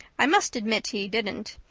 i must admit he didn't.